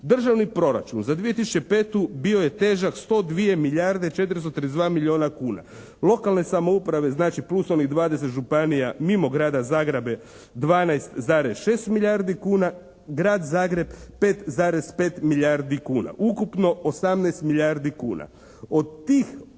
Državni proračun za 2005. bio je težak 102 milijarde 432 milijuna kuna. Lokalne samouprave znači plus onih 20 županija mimo grada Zagreba 12,6 milijardi kuna. Grad Zagreb 5,5 milijardi kuna. Ukupno 18 milijardi kuna. Od tih